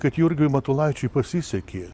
kad jurgiui matulaičiui pasisekė